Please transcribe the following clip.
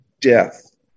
death